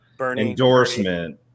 endorsement